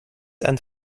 and